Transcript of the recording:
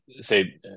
say